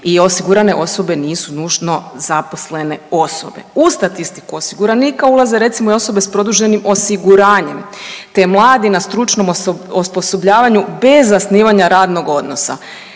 i osigurane osobe nisu nužno zaposlene osobe. U statistiku osiguraniku ulaze recimo, i osobe s produženim osiguranjem te mladi na stručnom osposobljavanju bez zasnivanja radnog odnosa.